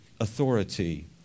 authority